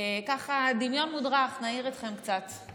ככה דמיון מודרך, נעיר אתכם קצת.